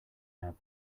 have